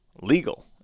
legal